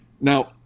now